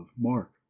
Mark